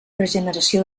regeneració